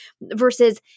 versus